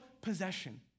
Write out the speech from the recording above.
possession